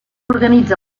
organitza